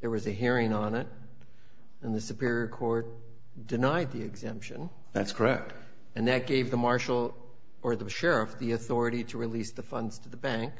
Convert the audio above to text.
there was a hearing on it and the superior court denied the exemption that's correct and that gave the marshal or the sheriff the authority to release the funds to the bank